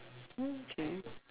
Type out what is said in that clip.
okay